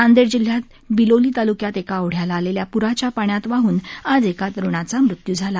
नांदेड जिल्ह्यात बिलोली ताल्क्यात एका ओढ्याला आलेल्या प्राच्या पाण्यात वाहन आज एका तरूणाचा मृत्यू झाला